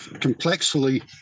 complexly